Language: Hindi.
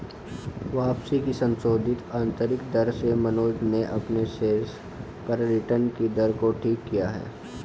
वापसी की संशोधित आंतरिक दर से मनोज ने अपने शेयर्स पर रिटर्न कि दर को ठीक किया है